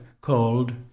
called